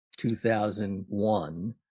2001